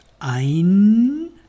Ein